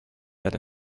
that